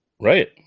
right